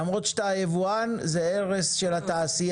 למרות שאתה היבואן זהו הרס של התעשייה.